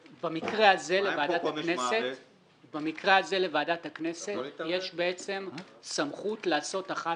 במקרה הזה לעדת הכנסת --- מה עם חוק עונש מוות?